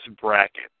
bracket